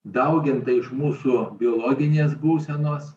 dauginta iš mūsų biologinės būsenos